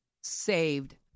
saved